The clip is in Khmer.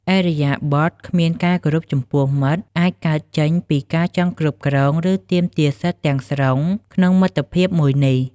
ឥរិយាបថគ្មានការគោរពចំពោះមិត្តអាចកើតចេញពីការចង់គ្រប់គ្រង ឬទាមទារសិទ្ធទាំងស្រុងក្នុងមិត្តភាពមួយនេះ។